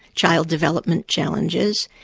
child development challenges,